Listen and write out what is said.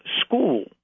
school